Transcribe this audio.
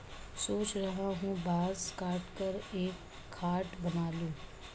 सोच रहा हूं बांस काटकर एक खाट बना लूं